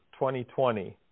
2020